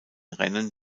rennen